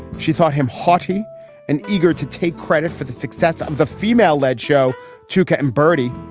she thought him haughty and eager to take credit for the success of the female led show tuka and birdee.